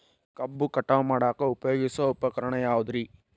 ಕಬ್ಬು ಕಟಾವು ಮಾಡಾಕ ಉಪಯೋಗಿಸುವ ಉಪಕರಣ ಯಾವುದರೇ?